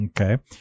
Okay